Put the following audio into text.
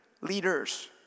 leaders